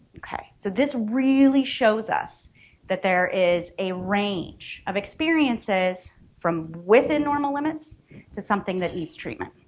okay so this really shows us that there is a range of experiences from within normal limits to something that needs treatment.